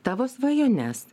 tavo svajones